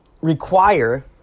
Require